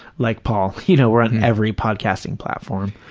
like paul, you know, we're on every podcasting platform.